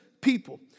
people